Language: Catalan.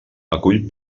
acull